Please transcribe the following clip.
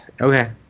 Okay